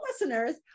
listeners